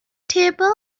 table